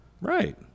right